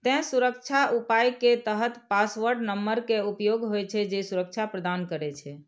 तें सुरक्षा उपाय के तहत पासवर्ड नंबर के उपयोग होइ छै, जे सुरक्षा प्रदान करै छै